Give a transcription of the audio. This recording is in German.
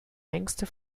längste